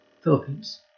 Philippines